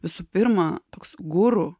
visų pirma toks guru